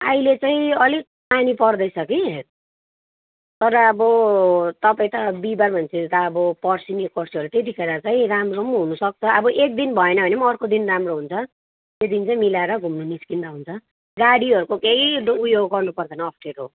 अहिले चाहिँ अलिक पानी पर्दैछ कि तर अब तपाईँ त बिहिबार भनेपछि त अब पर्सि निकोर्सिहरू त्यतिखेर चाहिँ राम्रो पनि हुनुसक्छ अब एक दिन भएन भने म अर्को दिन राम्रो हुन्छ त्यो दिन चाहिँ मिलाएर घुम्नु चाहिँ निस्किँदा हुन्छ गाडीहरूको केही ड उयो गर्नुपर्दैन अप्ठ्यारो